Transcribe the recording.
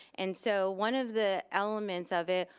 and so one of the elements of it,